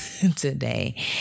today